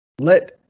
Let